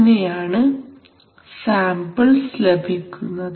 അങ്ങനെയാണ് സാമ്പിൾസ് ലഭിക്കുന്നത്